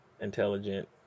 intelligent